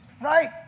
right